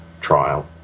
trial